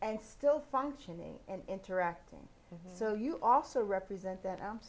and still functioning and interacting so you also represent that